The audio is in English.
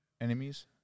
enemies